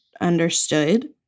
understood